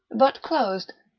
but closed,